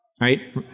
Right